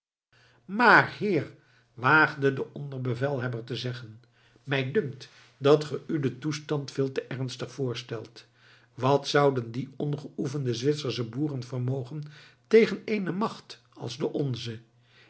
maar heer waagde de onder bevelhebber te zeggen mij dunkt dat ge u den toestand veel te ernstig voorstelt wat zouden die ongeoefende zwitsersche boeren vermogen tegen eene macht als de onze